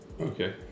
Okay